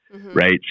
right